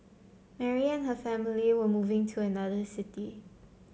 Mary and her family were moving to another city